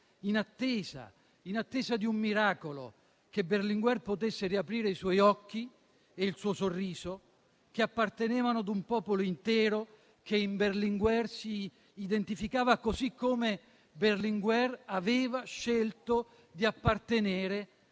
in attesa di un miracolo: che Berlinguer potesse riaprire i suoi occhi e il suo sorriso che appartenevano ad un popolo intero che in lui si identificava, così come Berlinguer aveva scelto di appartenere